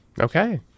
Okay